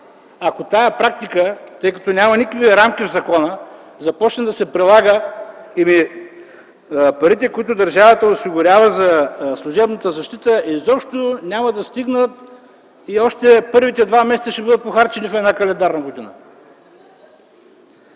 Ако тази практика, тъй като няма никакви рамки в закона, започне да се прилага, парите, които държавата осигурява за служебната защита, изобщо няма да стигнат и ще бъдат похарчени още в първите два месеца на една календарна година.